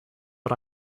but